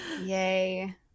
Yay